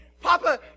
Papa